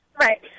Right